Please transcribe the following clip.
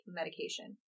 medication